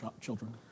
children